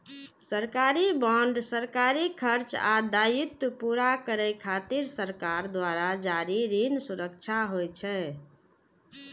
सरकारी बांड सरकारी खर्च आ दायित्व पूरा करै खातिर सरकार द्वारा जारी ऋण सुरक्षा होइ छै